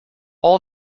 all